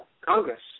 Congress